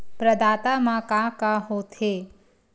प्रदाता मा का का हो थे?